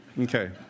Okay